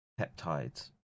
peptides